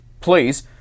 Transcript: please